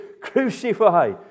Crucify